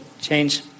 change